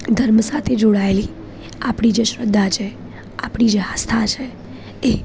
ધર્મ સાથે જોડાએલી આપણી જે શ્રદ્ધા છે આપણી જે આસ્થા છે એ